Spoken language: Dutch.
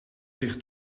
zich